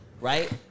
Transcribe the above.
right